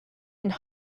and